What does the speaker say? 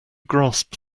grasp